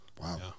Wow